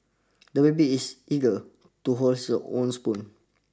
the baby is eager to hold his own spoon